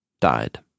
died